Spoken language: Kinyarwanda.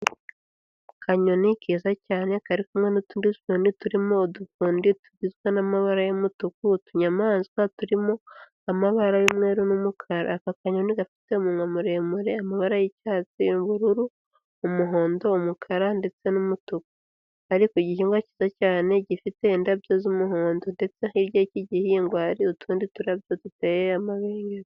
Akanyoni keza cyane kari kumwe n'utundi tunyoni turimo udupfundi tugizwe n'amabara y'umutuku, utunyamaswa turimo amabara y'umweru n'umukara. Aka kanyoni gafite umunwa muremure, amabara y'icyatsi, ubururu, umuhondo, umukara ndetse n'umutuku, kari ku gihingwa cyiza cyane gifite indabyo z'umuhondo ndetse hirya y'iki gihingwa hari utundi turabyo duteye amabengeza.